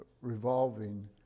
revolving